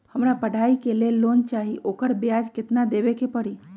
हमरा पढ़ाई के लेल लोन चाहि, ओकर ब्याज केतना दबे के परी?